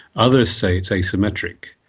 others say it's asymmetric.